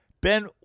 Ben